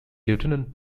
lieutenant